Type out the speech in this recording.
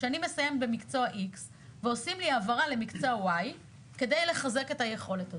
אני מסיים במקצוע X ועושים לי העברה למקצוע Y כדי לחזק את היכולת הזאת.